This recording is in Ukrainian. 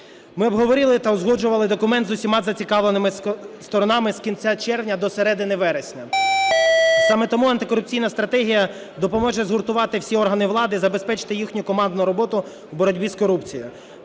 Ми обговорили та узгоджували документ з усіма зацікавленими сторонами з кінця червня до середини вересня. Саме тому антикорупційна стратегія допоможе згуртувати всі органи влади і забезпечити їхню командну роботу в боротьбі з корупцією.